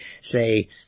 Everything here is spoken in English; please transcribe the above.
say